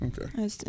Okay